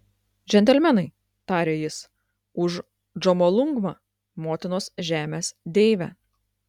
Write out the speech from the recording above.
džentelmenai tarė jis už džomolungmą motinos žemės deivę